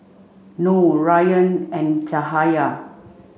Noh Rayyan and Cahaya